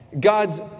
God's